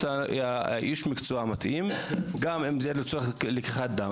איש המקצוע המתאים גם אם זה לצורך לקיחת דם.